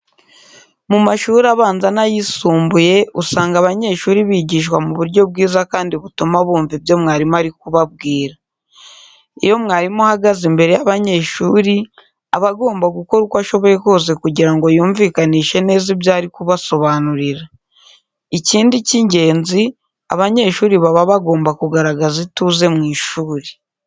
Mu mashuri abanza n'ayisumbuye usanga abanyeshuri bigishwa mu buryo bwiza kandi butuma bumva ibyo mwarimu ari kubabwira. Iyo mwarimu ahagaze imbere y'abanyeshuri, aba agomba gukora uko ashoboye kose kugira ngo yumvikanishe neza ibyo ari kubasobanurira. Ikindi cy'ingenzi, abanyeshuri baba bagomba kugaragaza ituze mu ishuri.